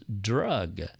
drug